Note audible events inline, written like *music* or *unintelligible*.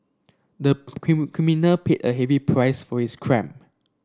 the *unintelligible* criminal paid a heavy price for his crime